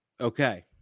Okay